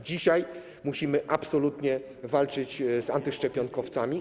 Dzisiaj musimy absolutnie walczyć z antyszczepionkowcami.